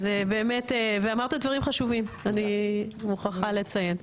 ואמרת דברים חשובים, אני מוכרחה לציין.